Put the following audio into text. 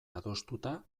adostuta